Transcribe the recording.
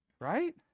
right